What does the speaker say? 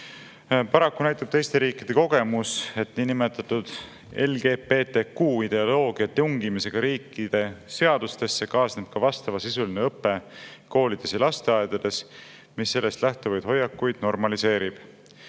Paraku näitab teiste riikide kogemus, et niinimetatud LGBTQ‑ideoloogia tungimisega riikide seadustesse kaasneb ka vastavasisuline õpe koolides ja lasteaedades, mis sellest lähtuvaid hoiakuid normaliseerib.